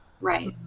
Right